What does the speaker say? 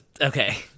okay